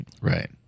Right